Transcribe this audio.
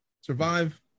Survive